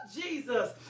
Jesus